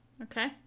Okay